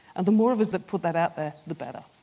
and the more of us that put that out there the better.